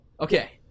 Okay